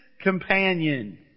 companion